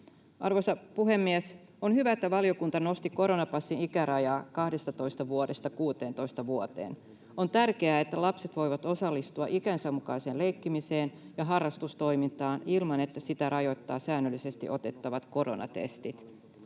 Arvoisa puhemies! On hyvä, että valiokunta nosti koronapassin ikärajaa 12 vuodesta 16 vuoteen. On tärkeää, että lapset voivat osallistua ikänsä mukaiseen leikkimiseen ja harrastustoimintaan ilman, että sitä rajoittavat säännöllisesti otettavat koronatestit.